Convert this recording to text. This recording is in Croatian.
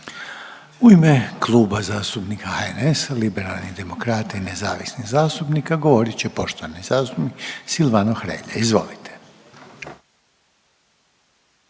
U ime Kluba zastupnika HNS-a, Liberalni demokrati i nezavisnih zastupnika govorit će poštovani zastupnik Silvano Hrelja. **Hrelja,